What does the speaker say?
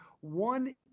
one